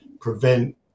prevent